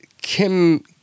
Kim